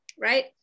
right